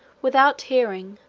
without hearing,